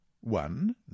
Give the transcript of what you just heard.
One